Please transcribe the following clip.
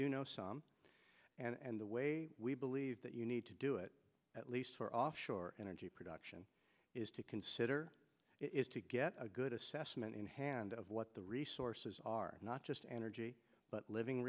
do know some and the way we believe that you need to do it at least for offshore energy production is to consider it is to get a good assessment in hand of what the resources are not just energy but living